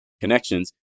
connections